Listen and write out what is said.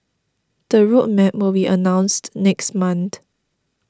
the road map will be announced next month